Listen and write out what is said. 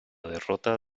derrota